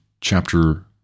chapter